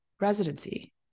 residency